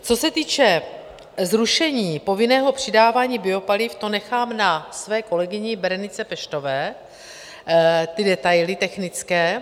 Co se týče zrušení povinného přidávání biopaliv, to nechám na své kolegyni Berenice Peštové, ty detaily technické.